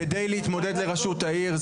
-- כדי להתמודד לראשות העיר.